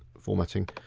formatting.